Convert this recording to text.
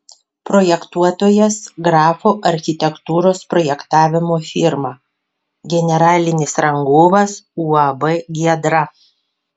projektuotojas grafo architektūros projektavimo firma generalinis rangovas uab giedra